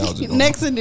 Next